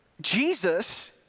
Jesus